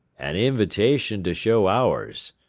an invitation to show ours,